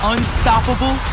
Unstoppable